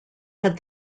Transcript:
had